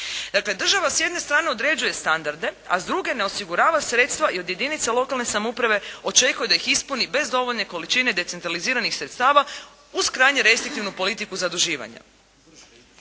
država s jedne strane određuje standarde, a s druge ne osigurava sredstva i od jedinica lokalne samouprave očekuje da ih ispuni bez dovoljne količine decentraliziranih sredstava uz krajnje restriktivnu politiku zaduživanja.